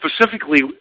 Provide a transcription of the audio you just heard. specifically